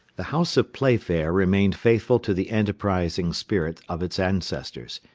the house of playfair remained faithful to the enterprising spirit of its ancestors,